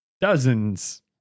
dozens